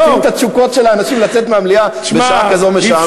מוציאים את התשוקות של האנשים לצאת מהמליאה בשעה כזאת משעממת.